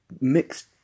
mixed